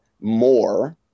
more